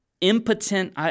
impotent